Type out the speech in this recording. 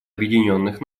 объединенных